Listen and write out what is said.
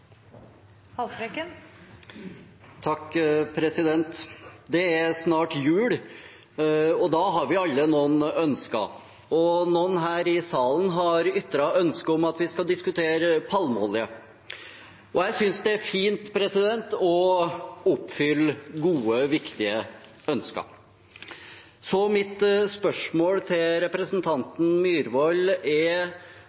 snart jul, og da har vi alle noen ønsker. Noen her i salen har ytret ønske om at vi skal diskutere palmeolje. Jeg synes det er fint å oppfylle gode, viktige ønsker. Mitt spørsmål til